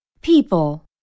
People